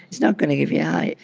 it's not going to give you a high.